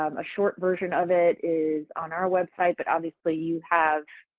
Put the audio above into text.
um a short version of it is on our website but obviously you have